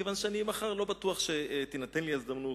מכיוון שאני לא בטוח שתינתן לי מחר ההזדמנות,